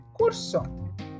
Curso